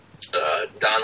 Donald